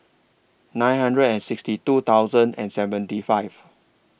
nine hundred and sixty two thousand and seventy five